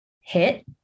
hit